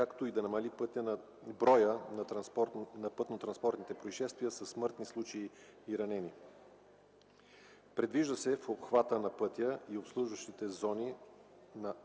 както и да намали броя на пътнотранспортните произшествия със смъртни случаи и ранени. Предвижда се в обхвата на пътя и обслужващите зони на